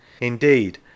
Indeed